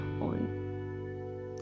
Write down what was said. on